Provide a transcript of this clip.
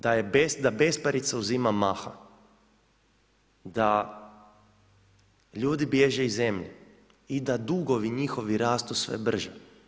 Da besparica uzima maha, da ljudi bježe iz zemlje i da dugovi njihovi rastu sve brže.